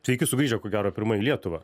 sveiki sugrįžę ko gero pirma į lietuvą